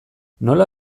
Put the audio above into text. nola